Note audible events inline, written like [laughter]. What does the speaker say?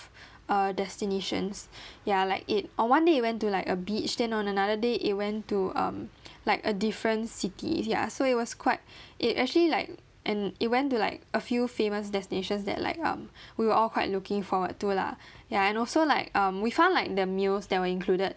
[breath] uh destinations [breath] ya like it on one day it went to like a beach then on another day it went to um like a different cities ya so it was quite [breath] it actually like and it went to like a few famous destinations that like um [breath] we were all quite looking forward to lah [breath] ya and also like um we found like the meals that were included